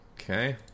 Okay